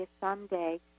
someday